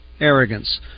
arrogance